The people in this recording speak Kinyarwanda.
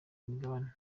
imigabane